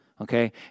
Okay